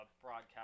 broadcast